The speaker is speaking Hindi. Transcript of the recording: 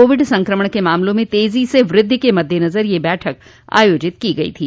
कोविड संक्रमण के मामलों में तेजी से वृद्धि के मद्देनजर यह बैठक आयोजित की गई थी